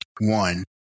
one